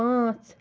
پانٛژ